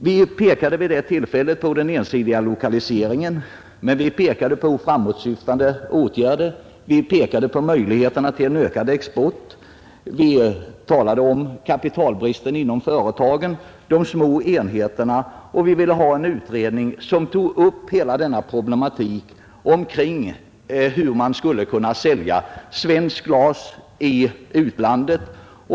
Vi pekade vid det tillfället på den ensidiga lokaliseringen, men vi visade också på framåtsyftande åtgärder och på möjligheterna till en ökad export. Vi talade om kapitalbristen inom företagen och de små enheterna och ville ha en utredning till stånd som tog upp hela problematiken hur man skulle kunna sälja svenskt glas i utlandet.